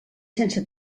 sense